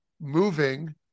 moving –